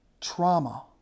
Trauma